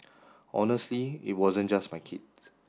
honestly it wasn't just my kid